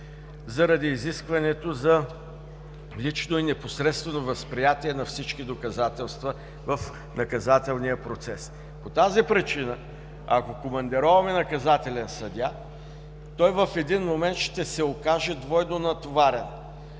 заради изискването за лично и непосредствено възприятие на всички доказателства в наказателния процес. По тази причина, ако командироваме наказателен съдия, той в един момент ще се окаже двойно натоварен.